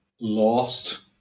lost